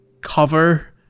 cover